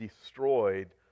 destroyed